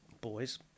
boys